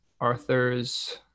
arthur's